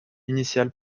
initiale